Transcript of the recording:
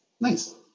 Nice